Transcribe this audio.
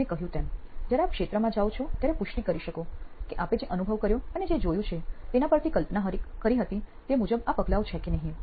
મેં કહ્યું તેમ જ્યારે આપ ક્ષેત્રમાં જાઓ ત્યારે પુષ્ટિ કરી શકો છો કે આપે જે અનુભવ કર્યો અને જે જોયું છે તેના પરથી કલ્પના કરી હતી તે મુજબ આ પગલાંઓ છે કે નહિ